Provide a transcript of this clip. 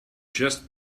just